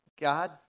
god